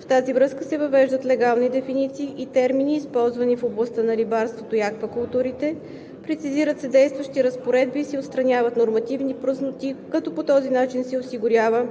В тази връзка се въвеждат легални дефиниции и термини, използвани в областта на рибарството и аквакултурите, прецизират се действащи разпоредби и се отстраняват нормативни празноти, като по този начин се осигурява